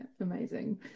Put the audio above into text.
amazing